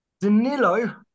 Danilo